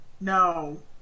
No